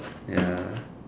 ya